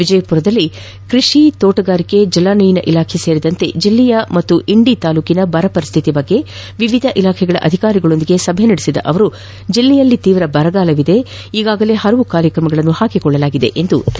ವಿಜಯಪುರದಲ್ಲಿ ಕೃಷಿ ತೋಣಗಾರಿಕೆ ಜಲಾನಯನ ಇಲಾಖೆ ಸೇರಿದಂತೆ ಜಿಲ್ಲೆಯ ಮತ್ತು ಇಂದಿ ತಾಲೂಕಿನ ಬರ ಪರಿಸ್ದಿತಿ ಕುರಿತು ವಿವಿಧ ಇಲಾಖೆಗಳ ಅಧಿಕಾರಿಗಳೊಂದಿಗೆ ಸಭೆ ನಡೆಸಿದ ಅವರು ಜಿಲ್ಲೆಯಲ್ಲಿ ತೀವ್ರ ಬರವಿದ್ದು ಈಗಾಗಲೇ ಹಲವು ಕಾರ್ಯಕ್ರಮಗಳನ್ನು ಹಾಕಿಕೊಳ್ಳಲಾಗಿದೆ ಎಂದರು